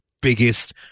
biggest